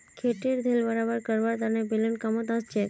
खेतेर ढेल बराबर करवार तने बेलन कामत ओसछेक